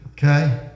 Okay